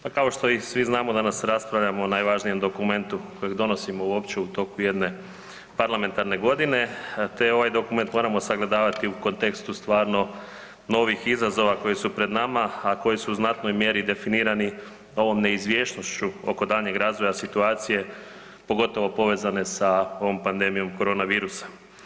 Pa kao što i svi znamo, danas raspravljamo o najvažnijem dokumentu kojeg donosimo uopće u toku jedne parlamentarne godine te ovaj dokument moramo sagledavati u kontekstu stvarno novih izazova koji su pred nama, a koji su u znatnoj mjeri definirani ovom neizvjesnošću oko daljnjeg razvoja situacije, pogotovo povezane sa ovom pandemijom koronavirusa.